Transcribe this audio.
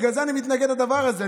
בגלל זה אני מתנגד לדבר הזה.